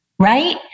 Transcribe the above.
right